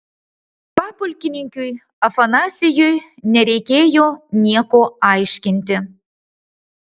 papulkininkiui afanasijui nereikėjo nieko aiškinti